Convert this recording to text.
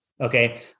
Okay